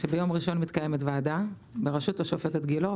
שביום ראשון מתקיימת ועדה בראשות השופטת גילאור